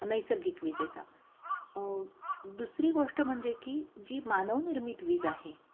नैसर्गिक विजेचा दुसरी गोष्ट म्हणजे की जी मानवनिर्मित वीज आहे